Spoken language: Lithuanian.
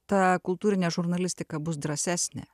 ta kultūrinė žurnalistika bus drąsesnė